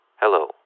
Hello